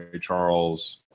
Charles